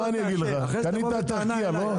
מה אני אגיד לך, קנית את ארקיע, לא?